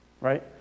right